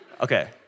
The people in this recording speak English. Okay